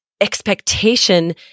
expectation